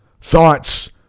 thoughts